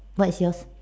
what's yours